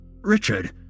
Richard